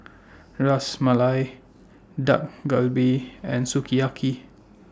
Ras Malai Dak Galbi and Sukiyaki